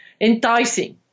enticing